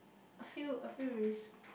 I feel I feel risk